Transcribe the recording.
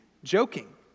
Joking